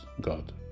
God